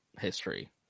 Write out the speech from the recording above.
history